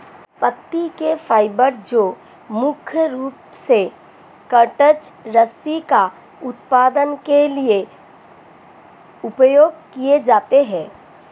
पत्ती के फाइबर जो मुख्य रूप से कॉर्डेज रस्सी का उत्पादन के लिए उपयोग किए जाते हैं